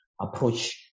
approach